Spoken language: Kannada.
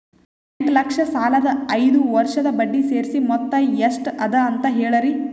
ಎಂಟ ಲಕ್ಷ ಸಾಲದ ಐದು ವರ್ಷದ ಬಡ್ಡಿ ಸೇರಿಸಿ ಮೊತ್ತ ಎಷ್ಟ ಅದ ಅಂತ ಹೇಳರಿ?